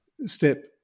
step